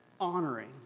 honoring